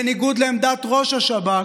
בניגוד לעמדת ראש השב"כ,